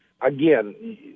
Again